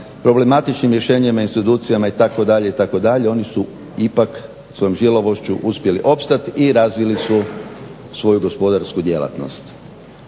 problematičnim rješenjem institucijama itd. itd. Oni su ipak svojom žilavošću uspjeli opstati i razvili su svoju gospodarsku djelatnost.